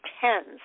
tens